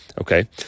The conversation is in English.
okay